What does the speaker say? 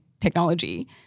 technology